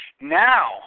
Now